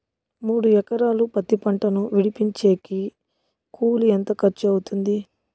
మూడు ఎకరాలు పత్తి పంటను విడిపించేకి కూలి ఎంత ఖర్చు అవుతుంది?